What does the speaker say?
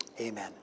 Amen